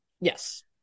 Yes